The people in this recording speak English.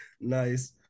Nice